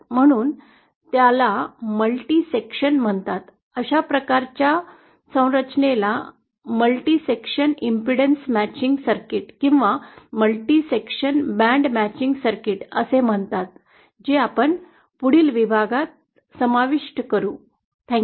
म्हणून त्याला multi section म्हणतात अशा प्रकारच्या संरचनेला बहु विभाग multi section impedance matching circuit किंवा multi section broad band matching circuit असे म्हणतात जे आपण पुढील विभागात समाविष्ट करू